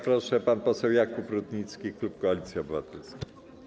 Proszę, pan poseł Jakub Rutnicki, klub Koalicji Obywatelskiej.